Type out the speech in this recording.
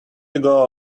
ago